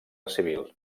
civil